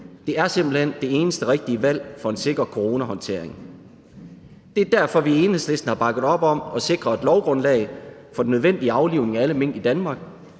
Det er simpelt hen det eneste rigtige valg for en sikker coronahåndtering. Og det er derfor, at vi i Enhedslisten har bakket op om at sikre et lovgrundlag for den nødvendige aflivning af alle mink i Danmark.